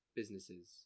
businesses